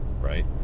right